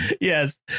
Yes